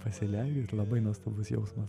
pasilenkia labai nuostabus jausmas